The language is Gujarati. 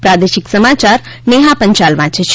પ્રાદેશિક સમાચાર નેહા પંચાલ વાંચે છે